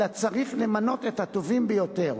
אלא צריך למנות את הטובים ביותר".